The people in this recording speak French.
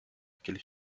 lequel